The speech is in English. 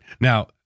Now